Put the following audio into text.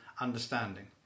understanding